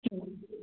हो